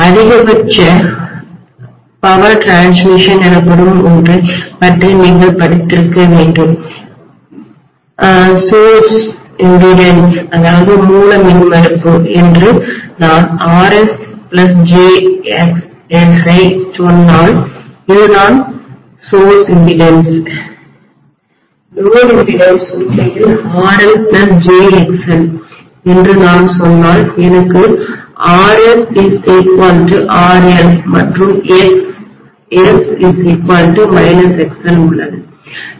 அதிகபட்ச பவர்பரிமாற்றடிரான்ஸ்மிஷன்ம் எனப்படும் ஒன்றைப் பற்றி நீங்கள் படித்திருக்க வேண்டும் மூல மின்மறுப்பு சோர்ஸ் இம்பிடன்ஸ் என்று நான் RSjXS ஐ சொன்னால் இதுதான் மூல மின்மறுப்பு சோர்ஸ் இம்பிடன்ஸ் சுமை மின்மறுப்பு லோடு இம்பிடன்ஸ் உண்மையில் RLjXL என்று நான் சொன்னால் எனக்கு RS RL மற்றும் XS −XL உள்ளது